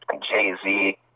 Jay-Z